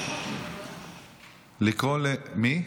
לקרוא למי?